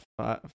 five